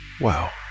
Wow